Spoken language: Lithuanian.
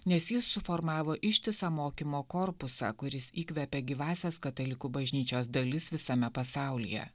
nes jis suformavo ištisą mokymo korpusą kuris įkvepia gyvąsias katalikų bažnyčios dalis visame pasaulyje